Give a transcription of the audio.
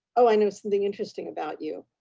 oh, i know something interesting about you.